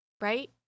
Right